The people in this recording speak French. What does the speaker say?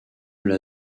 l’a